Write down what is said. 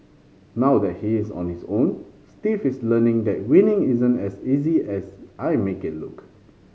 now that he is on his own Steve is learning that winning isn't as easy as I make it look